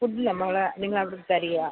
food നമ്മളെ നിങ്ങളവിടുന്ന് തരിക